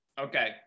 okay